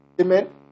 Amen